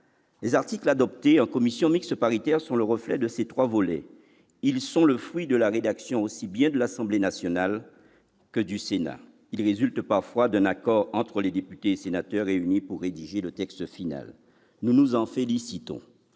Les articles adoptés en commission mixte paritaire sont le reflet de ces trois volets. Ils sont le fruit de la rédaction aussi bien de l'Assemblée nationale que du Sénat et résultent parfois d'un accord entre les députés et sénateurs réunis pour rédiger le texte final. Nous nous en félicitons.